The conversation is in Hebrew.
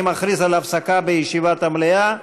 אני מכריז על הפסקה בישיבת המליאה.